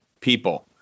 people